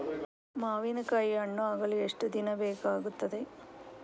ಮಾವಿನಕಾಯಿ ಹಣ್ಣು ಆಗಲು ಎಷ್ಟು ದಿನ ಬೇಕಗ್ತಾದೆ?